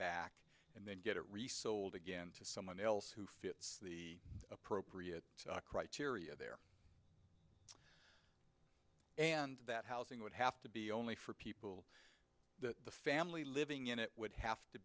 back and then get it resold again to someone else who fits the appropriate criteria there and that housing would have to be only for people that the family living in it would have to